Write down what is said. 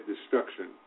destruction